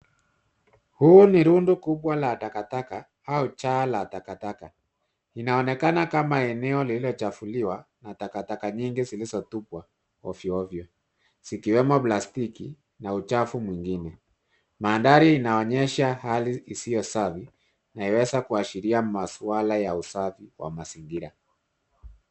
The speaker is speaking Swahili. Huu ni rundo kubwa la takataka au jaa la takataka. Inaonekana kama eneo lililochafuliwa na takataka nyingi zilizotupwa ovyo ovyo zikiwemo plastiki na uchafu mwingine. Mandhari inaonyesha hali isiyo safi na huweza kuashiria masuala ya usafi wa mazingira.